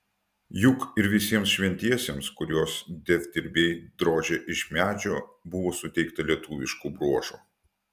juk ir visiems šventiesiems kuriuos dievdirbiai drožė iš medžio buvo suteikta lietuviškų bruožų